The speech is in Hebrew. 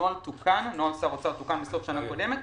נוהל שר אוצר תוקן,